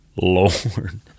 Lord